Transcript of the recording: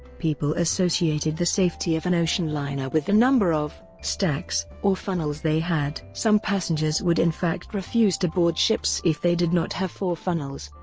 people associated the safety of an ocean liner with the number of stacks or funnels they had. some passengers would in fact refuse to board ships if they did not have four funnels.